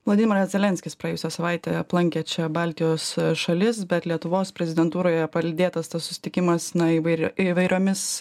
vladimiras zelenskis praėjusią savaitę aplankė čia baltijos šalis bet lietuvos prezidentūroje palydėtas tas susitikimas na įvairi įvairiomis